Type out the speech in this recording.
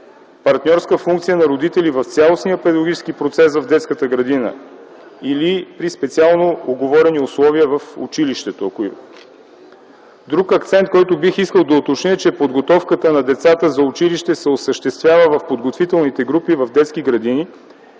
партньорска функция на родители в цялостния педагогически процес в детската градина или при специално уговорени условия в училището. Друг акцент, който бих искал да уточня, е, че подготовката на децата за училище се осъществява в подготвителните групи в детски градини,